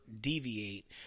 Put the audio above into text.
deviate